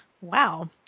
Wow